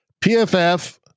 PFF